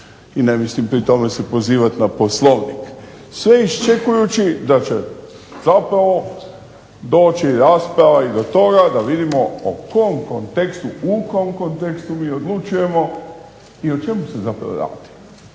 i ne mislim pri tome se pozivati na Poslovnik, sve iščekujući da će zapravo doći rasprava i do toga da vidimo o kom kontekstu u kom kontekstu mi odlučujemo i o čemu se zapravo radi.